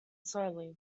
slowly